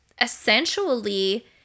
essentially